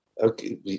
okay